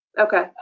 Okay